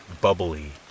bubbly